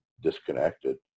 disconnected